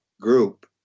group